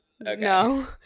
No